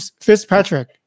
Fitzpatrick